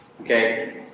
Okay